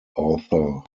author